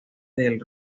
del